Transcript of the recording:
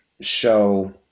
show